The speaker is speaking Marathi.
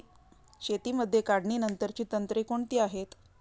शेतीमध्ये काढणीनंतरची तंत्रे कोणती आहेत?